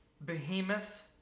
Behemoth